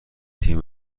تیم